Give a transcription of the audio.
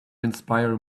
inspire